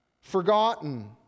forgotten